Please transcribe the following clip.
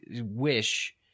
wish